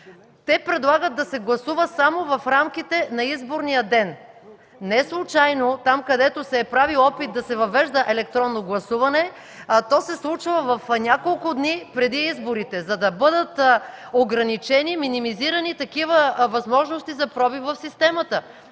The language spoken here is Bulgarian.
те предлагат да се гласува само в рамките на изборния ден. Не случайно там, където се е правил опит да се въвежда електронно гласуване, то се случва няколко дни преди изборите, за да бъдат ограничени, минимизирани такива възможности за пробив в системата.